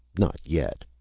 not yet!